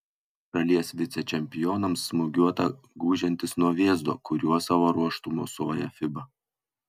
šalies vicečempionams smūgiuota gūžiantis nuo vėzdo kuriuo savo ruožtu mosuoja fiba